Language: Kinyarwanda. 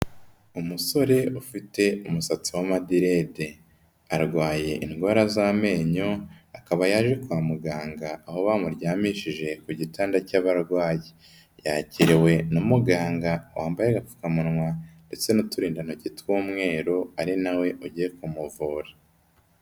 Umusore ufite umusatsi w'amadirede arwaye indwara z'amenyo akaba yaje kwa muganga aho bamuryamishije ku gitanda cy'abarwayi, yakiriwe na muganga wambaye agapfukamunwa ndetse n'uturindantoki tw'umweru ari nawe ugiye kumuvura.